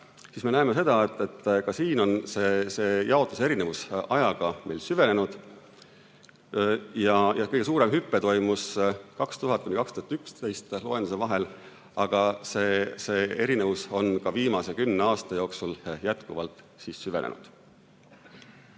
siis me näeme seda, et ka siin on see jaotuse erinevus ajaga süvenenud. Kõige suurem hüpe toimus 2000–2011 [rahva]loenduse vahel, aga see erinevus on ka viimase kümne aasta jooksul jätkuvalt süvenenud.